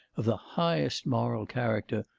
of the highest moral character,